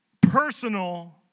personal